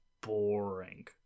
boring